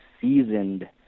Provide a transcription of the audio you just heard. seasoned